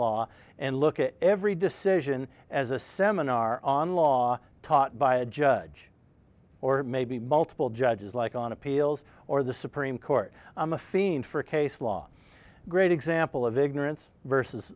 law and look at every decision as a seminar on law taught by a judge or maybe multiple judges like on appeals or the supreme court i'm a fiend for case law great example of ignorance versus